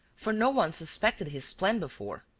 for no one suspected his plan before.